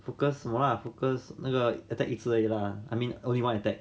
focus more lah focus 那个 attack 一只而已 lah I mean only one attack